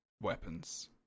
weapons